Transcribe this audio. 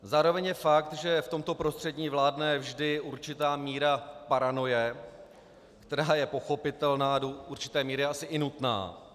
Zároveň je fakt, že v tomto prostředí vládne vždy určitá míra paranoia, která je pochopitelná a do určité míry asi i nutná.